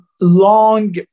Long